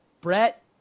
Brett